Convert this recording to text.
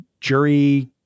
jury